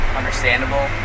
understandable